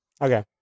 Okay